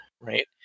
right